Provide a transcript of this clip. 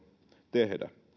tehdä